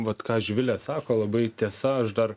vat ką živilė sako labai tiesa aš dar